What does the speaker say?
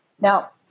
Now